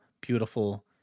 beautiful